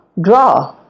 draw